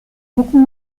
beaucoup